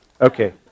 Okay